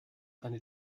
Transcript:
eine